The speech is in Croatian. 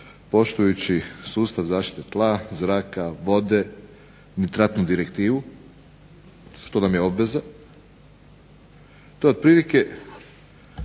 poštujući sustav zaštite tla, zraka, vode, nitratnu direktivu što nam je obveza, to je otprilike